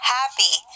happy